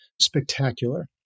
spectacular